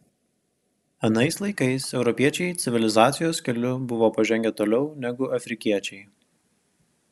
anais laikais europiečiai civilizacijos keliu buvo pažengę toliau negu afrikiečiai